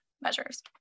measures